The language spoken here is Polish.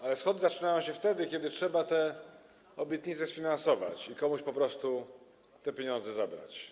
Ale schody zaczynają się wtedy, kiedy trzeba te obietnice sfinansować i po prostu komuś te pieniądze zabrać.